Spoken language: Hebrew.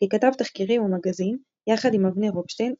ככתב תחקירים ומגזין יחד עם אבנר הופשטיין,